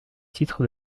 titre